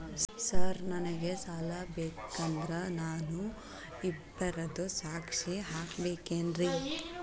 Sir ನನಗೆ ಸಾಲ ಬೇಕಂದ್ರೆ ನಾನು ಇಬ್ಬರದು ಸಾಕ್ಷಿ ಹಾಕಸಬೇಕೇನ್ರಿ?